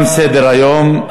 תם סדר-היום.